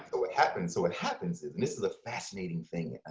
ah what happens so what happens is and this is a fascinating thing.